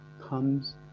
comes